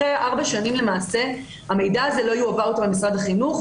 אחרי ארבע שנים למעשה המידע הזה לא יועבר יותר למשרד החינוך,